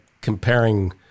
comparing